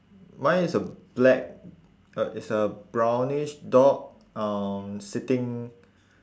mine is a black uh it's a brownish dog um sitting